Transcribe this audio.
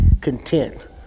content